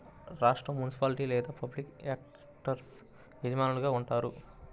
రాష్ట్రం, మునిసిపాలిటీ లేదా public actors యజమానులుగా ఉంటారు